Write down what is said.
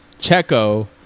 Checo